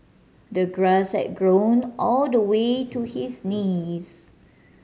the grass had grown all the way to his knees